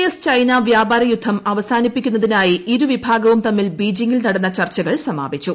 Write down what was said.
S China വ്യാപാരയുദ്ധം അവസാനിപ്പിക്കുന്നതിനായി ഇരു വിഭാഗവും തമ്മിൽ ബീജിംഗിൽ നടിന്നു ചർച്ചകൾ സമാപിച്ചു